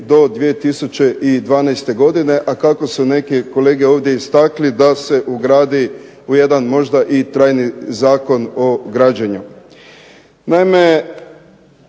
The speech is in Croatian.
do 2012. godine, a kako su neki kolege ovdje istakli da se ugradi u jedan možda i trajni Zakon o građenju.